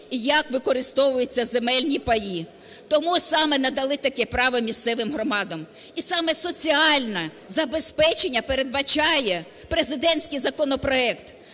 і як використовуються земельні паї. Тому саме надали таке право місцевим громадам і саме соціальне забезпечення передбачає президентський законопроект.